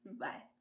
Bye